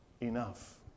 enough